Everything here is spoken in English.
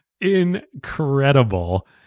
incredible